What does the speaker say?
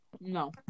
No